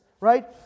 right